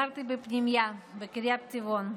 גרתי בפנימייה בקרית טבעון.